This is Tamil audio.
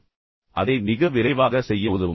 எனவே ஸ்கேனிங் அதை மிக விரைவாக செய்ய உதவும்